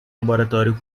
laboratório